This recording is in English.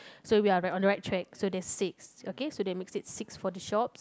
so we are we are on the right track so that's six okay so that makes it six for the shops